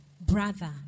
brother